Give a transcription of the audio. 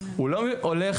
הוא לא הולך,